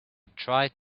tried